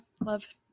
love